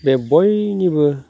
बे बयनिबो